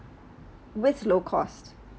with low cost